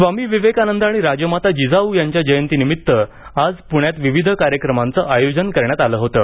स्वामी विवेकानंद आणि राजमाता जिजाऊ यांच्या जयंतीनिमित्त आज पुण्यात विविध कार्यक्रमांचं आयोजन करण्यात आलं होतं